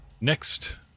next